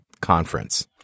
conference